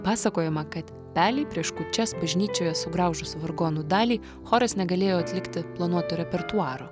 pasakojama kad pelei prieš kūčias bažnyčioje sugraužus vargonų dalį choras negalėjo atlikti planuoto repertuaro